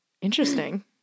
Interesting